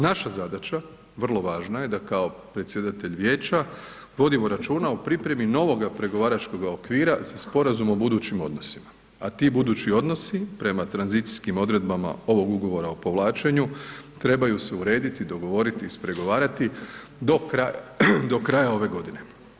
Naša zadaća, vrlo važna je da kao predsjedatelj Vijeća vodimo računa o pripremi novoga pregovaračkoga okvira za sporazum o budućim odnosima, a ti budući odnosi prema tranzicijskim odredbama ovog Ugovora o povlačenju, trebaju se urediti, dogovoriti, ispregovarati do kraja ove godine.